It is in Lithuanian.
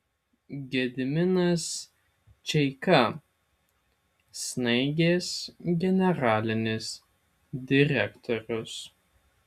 gediminas čeika snaigės generalinis direktorius